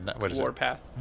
Warpath